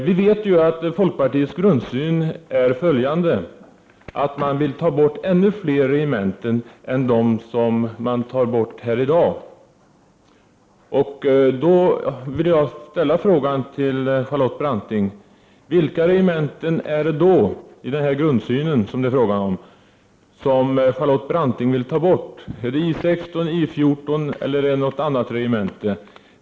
Vi vet ju att folkpartiets grundsyn går ut på att ta bort ännu fler regementen än de som är aktuella i dag. Jag vill då fråga Charlotte Branting: Vilka regementen är det som Charlotte Branting med hänvisning till sin grundsyn vill ta bort? Är det I 16, I 14 eller något annat regemente?